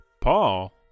Paul